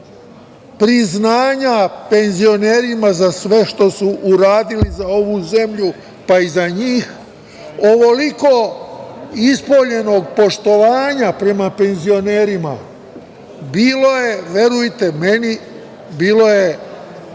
priznanja penzionerima za sve što su uradili za ovu zemlju, pa i za njih, ovoliko ispoljenog poštovanja prema penzionerima. Bilo je, verujte meni, bilo je